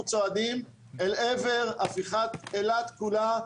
אנחנו צועדים אל עבר הפיכת אילת כולה,